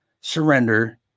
surrender